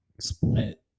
split